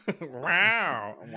wow